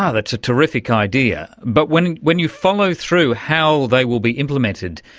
ah that's a terrific idea, but when when you follow through how they will be implemented,